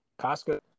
Costco